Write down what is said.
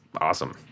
awesome